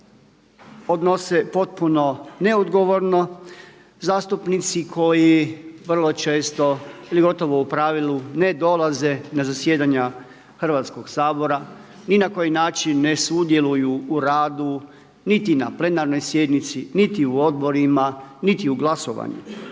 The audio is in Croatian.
odnose potpuno neodgovorno. Zastupnici koji vrlo često ili gotovo u pravilu ne dolaze na zasjedanja Hrvatskog sabora, ni na koji način ne sudjeluju u radu niti na plenarnoj sjednici niti u odborima niti u glasovanju.